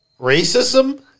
racism